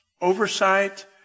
oversight